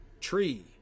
tree